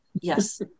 yes